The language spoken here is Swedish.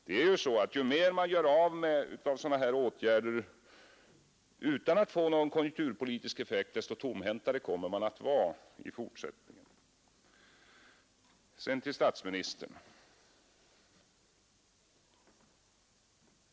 Det är ju så att ju fler åtgärder man vidtar utan att få någon konjunkturpolitisk effekt, desto mera tomhänt kommer man att vara i fortsättningen. Sedan till statsministern.